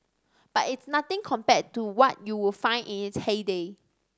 but it's nothing compared to what you would find in its heyday